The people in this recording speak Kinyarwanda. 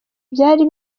byari